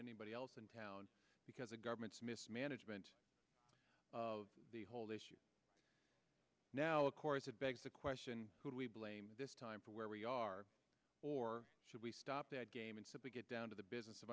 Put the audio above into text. anybody else in town because the government's mismanagement of the whole issue now of course it begs the question who do we blame this time for where we are or should we stop that game and simply get down to the business of